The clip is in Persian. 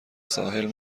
ساحل